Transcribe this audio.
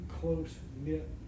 close-knit